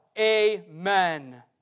Amen